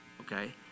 okay